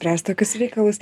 spręst tokius reikalus